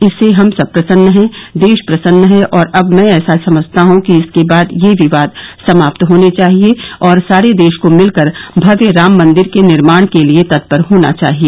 इससे हम सब प्रसन्न हैं देश प्रसन्न है और अब मैं ऐसा समझता हूं कि इसके बाद ये विवाद समाप्त होने चाहिए और सारे देश को मिलकर भव्य राम मंदिर के निर्माण के लिए तत्पर होना चाहिए